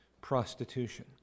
prostitution